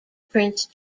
prince